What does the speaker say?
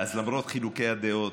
אז למרות חילוקי הדעות